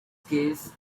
case